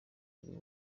buri